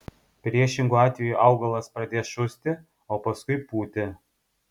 priešingu atveju augalas pradės šusti o paskui pūti